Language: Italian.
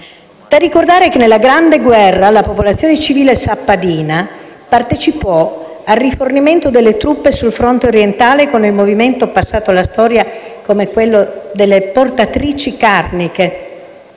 da ricordare che nella Grande guerra la popolazione civile sappadina partecipò al rifornimento delle truppe sul fronte orientale con il movimento passato alla storia come quello delle «Portatrici carniche»,